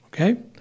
Okay